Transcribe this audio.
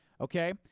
Okay